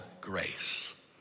grace